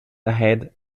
ahead